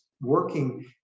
Working